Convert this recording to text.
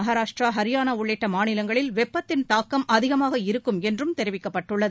மகாராஷ்டிரா ஹிரியானா உள்ளிட்ட மாநிலங்களில் வெப்பத்தின் தாக்கம் அதிகமாக இருக்கும் என்றும் தெரிவிக்கப்பட்டுள்ளது